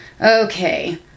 Okay